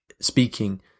speaking